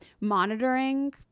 monitoring